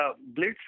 blitz